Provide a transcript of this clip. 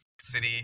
City